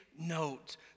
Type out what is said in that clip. note